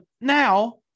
now